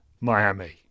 miami